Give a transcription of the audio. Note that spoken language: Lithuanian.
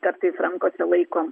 kartais rankose laiko